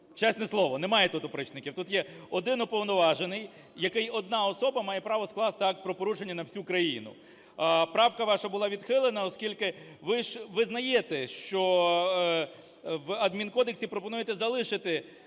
Чесне слово, немає тут опричників. Тут є один уповноважений, який… одна особа має право скласти акт про порушення на всю країну. Правка ваша була відхилена, оскільки ви ж визнаєте, що… в Адмінкодексі пропонуєте залишити